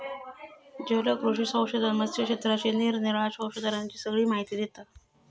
जलकृषी संशोधन मत्स्य क्षेत्रातील निरानिराळ्या संशोधनांची सगळी माहिती देता